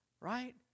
right